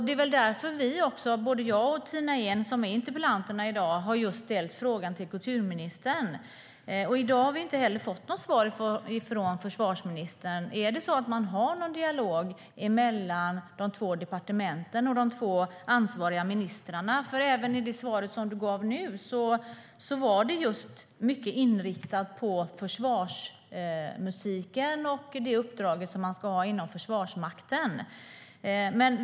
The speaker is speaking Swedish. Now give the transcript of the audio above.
Det är därför som både jag och Tina Ehn, som är interpellanterna i dag, har ställt interpellationen till just kulturministern. I dag har vi inte fått något svar från försvarsministern på frågan om man har någon dialog mellan de två departementen och de två ansvariga ministrarna. Även det svar vi fått nu är mycket inriktat på försvarsmusiken och dess uppdrag inom Försvarsmakten.